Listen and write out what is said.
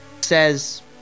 says